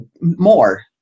more